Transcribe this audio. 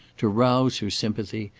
to rouse her sympathy,